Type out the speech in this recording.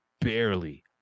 barely